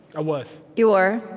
i was you were.